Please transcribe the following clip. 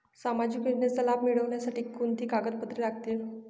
सामाजिक योजनेचा लाभ मिळण्यासाठी कोणती कागदपत्रे लागतील?